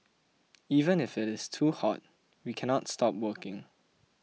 even if it is too hot we cannot stop working